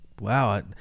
wow